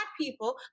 people